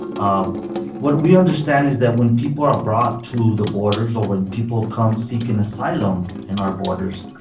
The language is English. um what we understand is that when people are brought to the borders or when people come seeking asylum in our borders,